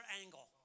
angle